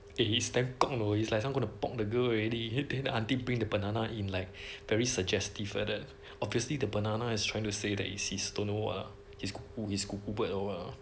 eh it's damn kong you know it's like someone is going to the girl already then the aunty bring the banana in like very suggestive like that obviously the banana is trying to say that is his don't know what ah his kuku his kuku bird or what ah